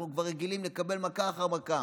אנחנו כבר רגילים לקבל מכה אחרי מכה.